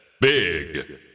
Big